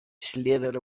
slithered